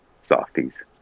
softies